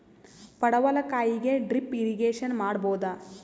ಪಡವಲಕಾಯಿಗೆ drip irrigation ಮಾಡಬೋದ?